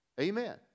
Amen